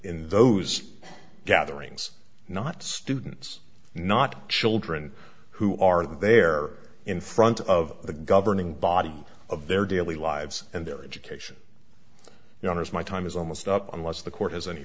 in those gatherings not students not children who are there in front of the governing body of their daily lives and their education your honour's my time is almost up unless the court has any